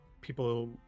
People